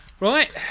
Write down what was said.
Right